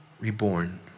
reborn